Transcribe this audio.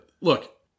Look